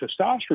testosterone